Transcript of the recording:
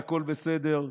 והכול בסדר,